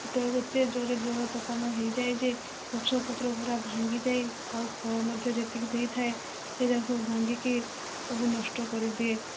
ସେତେବେଳକୁ ଏତେ ଜୋରରେ ଝଡ଼ ତୋଫାନ ହୋଇଯାଏ ଯେ ଗଛପତ୍ର ପୁରା ଭଙ୍ଗି ଯାଏ ଓ ଆଉ ଫଳ ମଧ୍ୟ ଯେତିକି ହୋଇଥାଏ ସେରାକ ସବୁ ଭାଙ୍ଗିକି ସବୁ ନଷ୍ଟ କରିଦିଏ